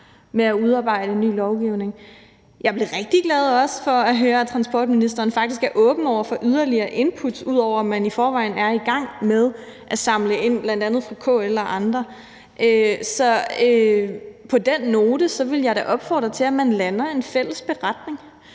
med at udarbejde ny lovgivning. Jeg blev også rigtig glad for at høre, at transportministeren faktisk er åben over for yderligere input, ud over at man i forvejen er i gang med at samle input ind fra bl.a. KL og andre. Så på den note vil jeg da opfordre til, at man lander en fælles beretning